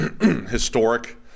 historic